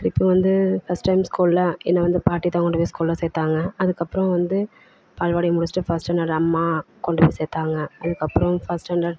திருப்பி வந்து first time ஸ்கூலில் என்னை வந்து பாட்டி தான் கொண்டுப் போய் ஸ்கூலில் சேர்த்தாங்க அதுக்கப்புறம் வந்து பால்வாடி முடிச்சுட்டு ஃபஸ்ட்டு என்னோடய அம்மா கொண்டு போய் சேர்த்தாங்க அதுக்கப்புறம் ஃபஸ்ட் ஸ்டாண்டர்ட்